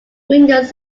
windows